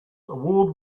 award